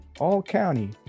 All-County